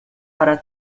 para